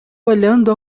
olhando